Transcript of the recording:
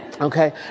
okay